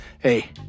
Hey